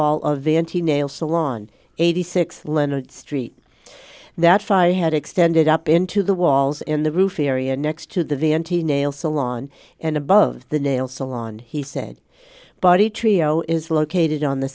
wall of the n t nail salon eighty six leonard street that fi had extended up into the walls in the roof area next to the v n t nail salon and above the nail salon he said body trio is located on